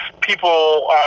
people